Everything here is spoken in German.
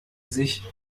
sich